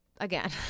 again